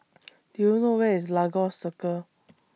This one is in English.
Do YOU know Where IS Lagos Circle